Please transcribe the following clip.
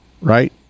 right